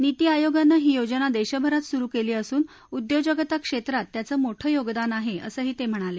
नीती आयोगानं ही योजना देशभरात सुरु केली असून उद्योजकता क्षेत्रात त्याचं मोठ योगदान आहे असंही ते म्हणाले